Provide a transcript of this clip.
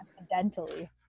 accidentally